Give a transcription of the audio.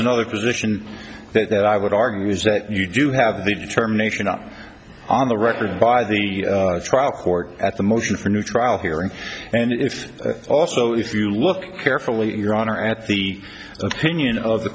another position that i would argue is that you do have the determination up on the record by the trial court at the motion for a new trial hearing and if also if you look carefully your honor at the opinion of the